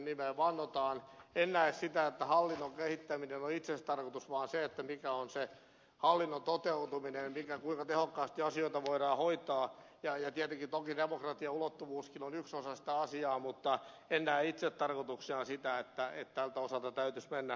en näe sitä että hallinnon kehittäminen on itsetarkoitus vaan se mikä on se hallinnon toteutuminen kuinka tehokkaasti asioita voidaan hoitaa ja tietenkin toki demokratian ulottuvuuskin on yksi osa sitä asiaa mutta en näe itsetarkoituksena sitä että tältä osalta täytyisi mennä pidemmälle